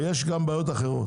יש גם בעיות אחרות.